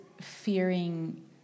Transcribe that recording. fearing